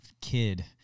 kid